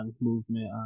movement